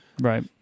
right